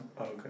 Okay